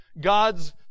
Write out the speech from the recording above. God's